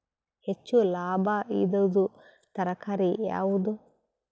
ಹೆಚ್ಚು ಲಾಭಾಯಿದುದು ತರಕಾರಿ ಯಾವಾದು?